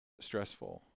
stressful